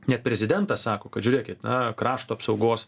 net prezidentas sako kad žiūrėkit na krašto apsaugos